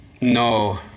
No